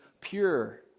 pure